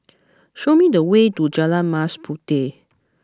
show me the way to Jalan Mas Puteh